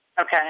Okay